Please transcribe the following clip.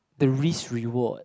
the risk reward